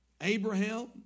Abraham